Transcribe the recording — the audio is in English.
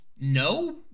no